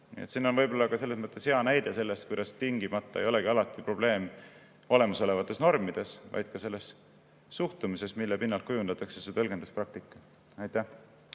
see on võib-olla selles mõttes hea näide sellest, kuidas tingimata ei olegi alati probleem olemasolevates normides, vaid on suhtumises, mille pinnalt kujundatakse tõlgenduspraktika. Hea